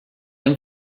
amb